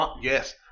yes